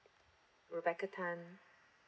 rebecca tan